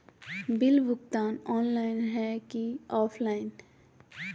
Bill भुगतान online है की ऑफलाइन?